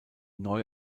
neu